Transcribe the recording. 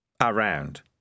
around